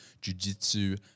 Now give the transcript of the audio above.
Jiu-Jitsu